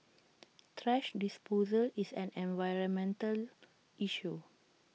thrash disposal is an environmental issue